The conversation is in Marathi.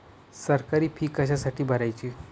सरकारी फी कशासाठी भरायची